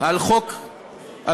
על חוק הלאום,